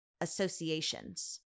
associations